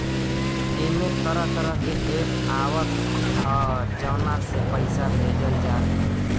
एमे तरह तरह के एप्प आवत हअ जवना से पईसा भेजल जात हवे